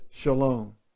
Shalom